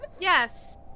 Yes